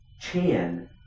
Chan